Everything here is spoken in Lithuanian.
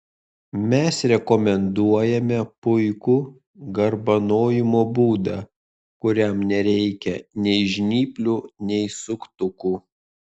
mes rekomenduojame puikų garbanojimo būdą kuriam nereikia nei žnyplių nei suktukų